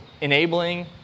enabling